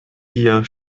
hier